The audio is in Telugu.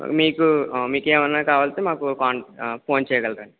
మీకు మీకు ఏమైనా కావాల్సి వస్తే మాకు కాం ఫోన్ చేయగలరు అండి